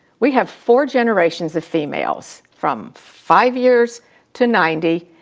we have four generations of females. from five years to ninety.